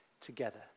together